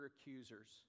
accusers